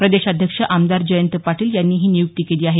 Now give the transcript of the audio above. प्रदेशाध्यक्ष आमदार जयंत पाटील यांनी ही नियुक्ती केली आहे